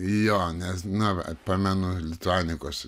jo nes na pamenu lituanikos